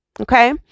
Okay